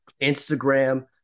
Instagram